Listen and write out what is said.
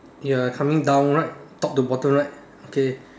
you're coming down right top to bottom right okay